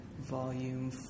Volume